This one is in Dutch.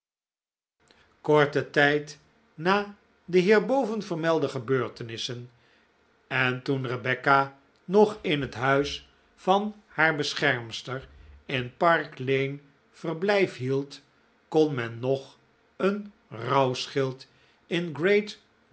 korten tijd na de hierboven vermeldde gebeurtenissen en toen rebecca nog in het huis van haar beschermster in park lane verblijf hield kon nfen nog een rouwschild in great